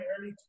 early